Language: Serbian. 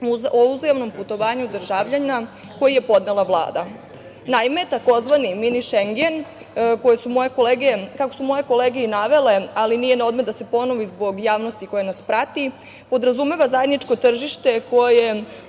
o uzajamnom putovanju državljana, koji je podnela Vlada. Naime, takozvani "Mini Šengen", kako su moje kolege i navele, ali nije na odmet da se ponovi zbog javnosti koja nas prati, podrazumeva zajedničko tržište koje